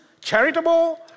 charitable